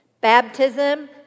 Baptism